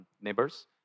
neighbors